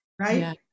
right